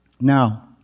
Now